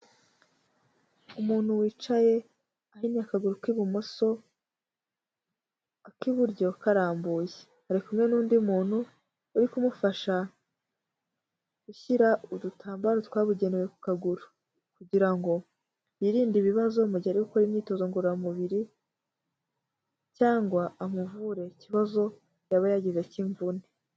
Umuntu wicaye ahinnye akaguru k'ibumoso ak'iburyo karambuye, ari kumwe n'undi muntu uri kumufasha gushyira udutambaro twabugenewe ku kaguru kugira ngo yirinde ibibazo mugihe ari gukora imyitozo ngororamubiri, cyangwa amuvure ikibazo yaba yagize cy'imvune.